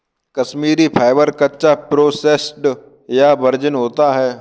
Kashmiri fibre, कच्चा, processed या virgin होता है